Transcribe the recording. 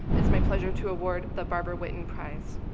it is my pleasure to award the barbara whitten prize.